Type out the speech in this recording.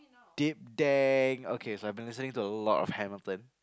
deep dang okay so I've been listening to a lot of Hamilton